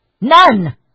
None